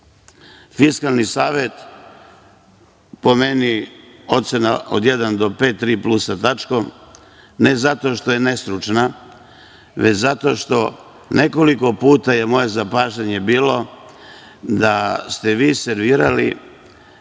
Fiskalni savet, po meni ocena od jedan do pet, ocena tri plus sa tačkom. Ne zato što je nestručan, već zato što nekoliko je puta moje zapažanje bilo da ste vi servirali